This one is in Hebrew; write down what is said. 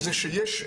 זה שיש,